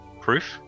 proof